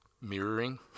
mirroring